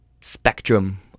spectrum